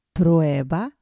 prueba